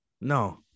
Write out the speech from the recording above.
No